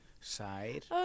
side